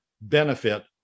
benefit